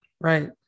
Right